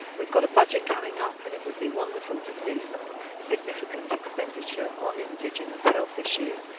we've got a budget coming up and it would be wonderful to see some significant expenditure on indigenous health issues,